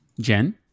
Jen